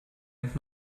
and